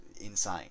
insane